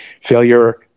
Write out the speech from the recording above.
failure